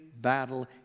battle